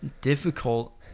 difficult